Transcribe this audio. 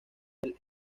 del